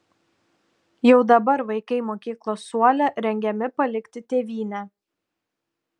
jau dabar vaikai mokyklos suole rengiami palikti tėvynę